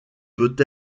peut